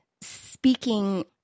speaking